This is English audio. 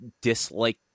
dislike